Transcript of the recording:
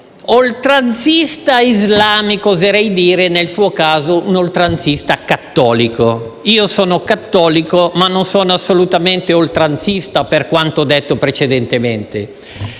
oltranzista islamico, oserei dire nel suo caso un oltranzista cattolico. Io sono cattolico, ma non sono assolutamente oltranzista per quanto detto precedentemente.